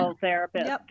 therapist